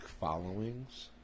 followings